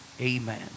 Amen